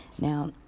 now